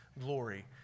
glory